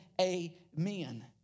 amen